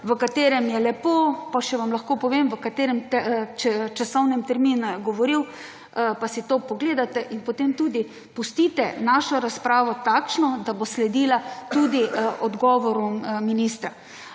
v katerem je lepo − pa še vam lahko povem, v katerem časovnem terminu − govoril, pa si to pogledate. In potem tudi pustite našo razpravo takšno, da bo sledila tudi odgovorom ministra.